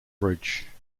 bridge